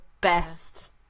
best